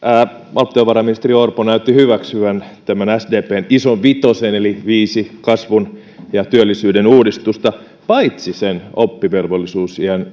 valtiovarainministeri orpo näytti hyväksyvän tämän sdpn ison vitosen eli viisi kasvun ja työllisyyden uudistusta paitsi sen oppivelvollisuusiän